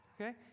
okay